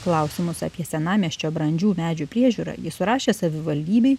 klausimus apie senamiesčio brandžių medžių priežiūrą ji surašė savivaldybei